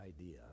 idea